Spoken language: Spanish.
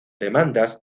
demandas